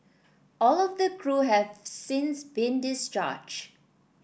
all of the crew have since been discharged